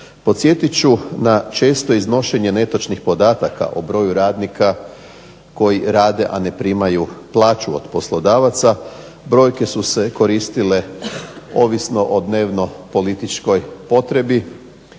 Posjetit ću na često iznošenje netočnih podataka o broju radnika koji rade, a ne primaju plaću od poslodavaca. Brojke su se koristile ovisno o dnevno političkoj potrebi